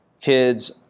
kids